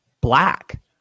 black